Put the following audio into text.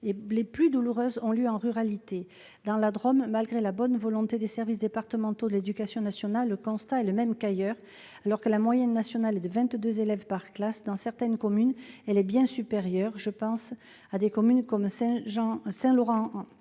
les plus douloureuses ont lieu en ruralité. Dans la Drôme, malgré la bonne volonté des services départementaux de l'éducation nationale, le constat est le même qu'ailleurs : alors que la moyenne nationale est de vingt-deux élèves par classe, dans certaines communes elle est bien supérieure. Ainsi, à Saint-Laurent-en-Royans,